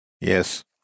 yes